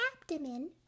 abdomen